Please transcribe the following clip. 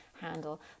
handle